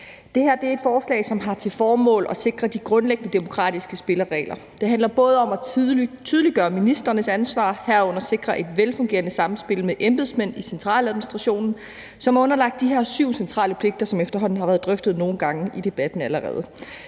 Det her er et forslag, som har til formål at sikre de grundlæggende demokratiske spilleregler. Det handler både om at tydeliggøre ministrenes ansvar, herunder sikre et velfungerende samspil med embedsmænd i centraladministrationen, som er underlagt de her syv centrale pligter, som efterhånden allerede har været drøftet nogle gange i debatten.